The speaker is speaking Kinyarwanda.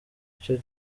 cyo